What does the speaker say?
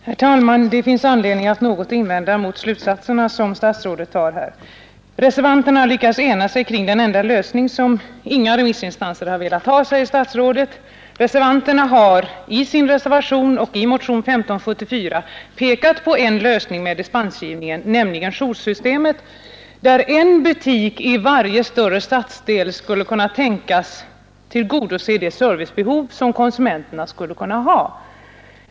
Herr talman! Det finns anledning att något invända mot statsrådets slutsatser. Reservanterna har lyckats ena sig kring den enda lösning som inga remissinstanser har velat ta, säger statsrådet. Reservanterna har i sin reservation och i motionen 1574 pekat på en lösning med dispensgivningen, nämligen joursystemet, där en butik i varje större stadsdel skulle kunna tänkas tillgodose det servicebehov som konsumenterna kan ha utöver vanlig affärstid.